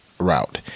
route